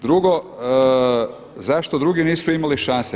Drugo, zašto drugi nisu imali šanse.